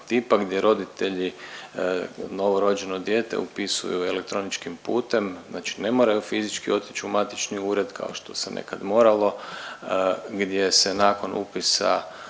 tipa gdje roditelji novorođeno dijete upisuju elektroničkim putem. Znači ne moraju fizički otić u matični ured kao što se nekad moralo gdje se nakon upisa